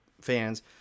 fans